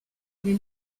les